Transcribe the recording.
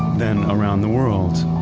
then around the world,